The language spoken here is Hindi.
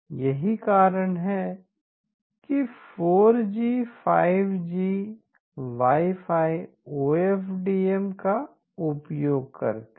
यही कारण है कि 4जी 5जी wifi O F D M का उपयोग करते हैं